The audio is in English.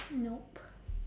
nope